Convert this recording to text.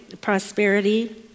prosperity